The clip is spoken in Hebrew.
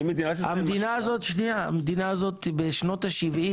המדינה הזאת בשנות ה-70'